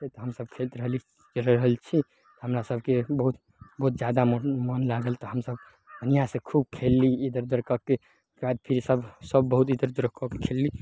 तऽ हमसभ खेलैत रहली रहय छी हमरा सभके बहुत बहुत जादा मोन मोन लागल तऽ हमसभ बढ़िआँसँ खूब खेलली इधर उधर कऽके ओइके बाद सभ ई सभ बहुत इधर उधर कऽके खेलली